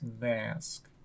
mask